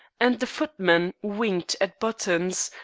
and the footman winked at buttons,